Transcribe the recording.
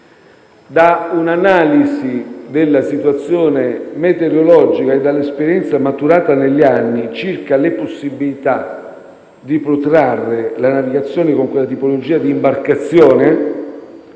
Da un'analisi della situazione meteorologica e dall'esperienza maturata negli anni circa le possibilità di protrarre la navigazione con quella tipologia di imbarcazione